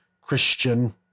Christian